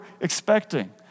expecting